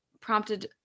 prompted